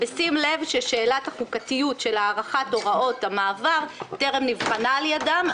בשים לב ששאלת החוקתיות של הארכת הוראות המעבר טרם נבחנה על ידם.